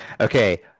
Okay